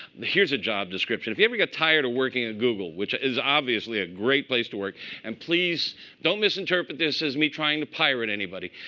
here's a job description. if you ever get tired of working at google, which is obviously a great place to work and please don't misinterpret this as me trying to pirate anybody.